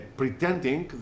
pretending